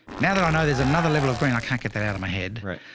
now that i know there's another level of green, i can't get that out of my head, right?